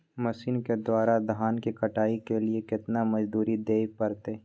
Machine के द्वारा धान की कटाइ के लिये केतना मजदूरी दिये परतय?